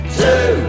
two